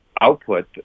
output